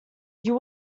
you